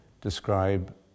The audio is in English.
describe